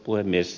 puhemies